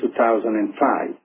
2005